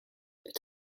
het